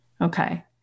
Okay